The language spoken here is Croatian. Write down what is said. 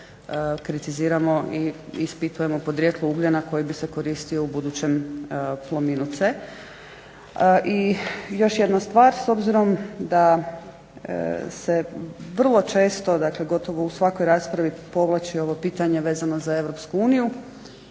kritiziramo i ispitujemo podrijetlo ugljena koji bi se koristio u budućem Plominu C? I još jedna stvar, s obzirom da se vrlo često, gotovo u svakoj raspravi povlači ovo pitanje vezano za Europsku uniju,